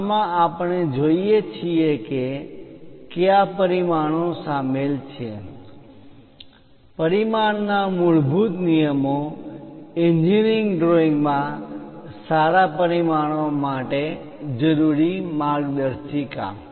આમાં આપણે જોઈએ છીએ કે કયા પરિમાણો શામેલ છે પરિમાણ ના મૂળભૂત નિયમો એન્જિનિયરિંગ ડ્રોઈંગ માં સારા પરિમાણો માટે જરૂરી માર્ગદર્શિકા